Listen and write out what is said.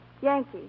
Yankee